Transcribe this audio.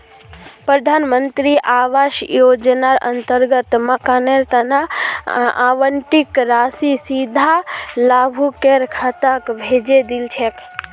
प्रधान मंत्री आवास योजनार अंतर्गत मकानेर तना आवंटित राशि सीधा लाभुकेर खातात भेजे दी छेक